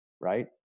right